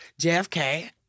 JFK